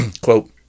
Quote